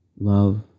Love